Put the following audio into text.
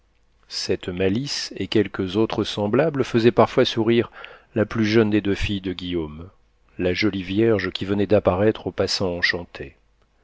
cette malice et quelques autres semblables faisaient parfois sourire la plus jeune des deux filles de guillaume la jolie vierge qui venait d'apparaître au passant enchanté